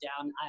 down